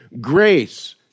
grace